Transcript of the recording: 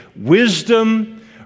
Wisdom